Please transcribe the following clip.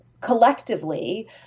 collectively